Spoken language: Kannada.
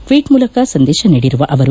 ಟ್ವೀಟ್ ಮೂಲಕ ಸಂದೇಶ ನೀಡಿರುವ ಅವರು